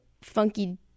funky